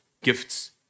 gifts